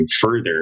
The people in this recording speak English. further